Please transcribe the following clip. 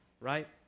right